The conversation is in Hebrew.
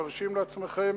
מרשים לעצמכם,